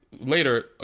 later